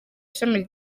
ishami